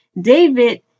David